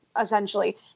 essentially